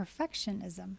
perfectionism